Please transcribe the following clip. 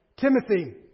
Timothy